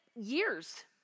years